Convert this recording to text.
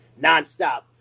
nonstop